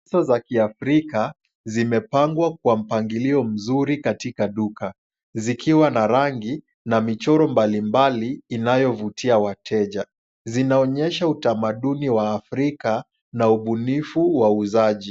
Leso za kiafrika zimepangwa kwa mpangilio mzuri katika duka zikiwa na rangi na michoro mbali mbali inayovutia wateja. Zinaonyesha utamaduni wa Afrika na ubunifu wa uzaji.